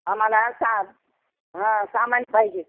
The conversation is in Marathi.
आम्हाला सा हां सामान पाहिजे